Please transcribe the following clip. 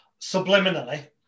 subliminally